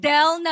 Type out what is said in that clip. Del